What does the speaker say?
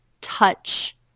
touch